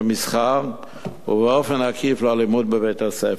למסחר ובאופן עקיף לאלימות בבית-הספר.